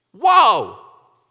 Whoa